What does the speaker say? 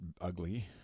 ugly